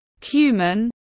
cumin